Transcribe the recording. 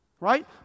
Right